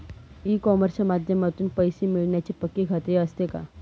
E कॉमर्सच्या माध्यमातून पैसे मिळण्याची पक्की खात्री असते का?